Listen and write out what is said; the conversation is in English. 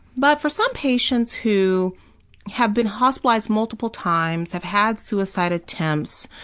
but for some patients who have been hospitalized multiple times, have had suicide attempts,